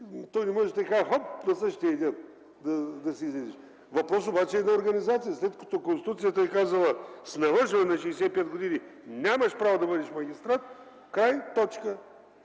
но не може така – хоп, още на същия ден да си излезе. Въпросът обаче е до организация! След като Конституцията е казала, че след навършването на 65 години нямаш право да бъдеш магистрат – край, точка!